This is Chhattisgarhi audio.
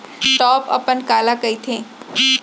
टॉप अपन काला कहिथे?